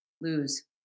lose